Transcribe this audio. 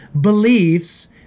beliefs